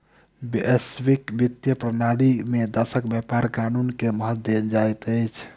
वैश्विक वित्तीय प्रणाली में देशक व्यापार कानून के महत्त्व देल जाइत अछि